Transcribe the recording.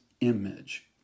image